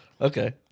Okay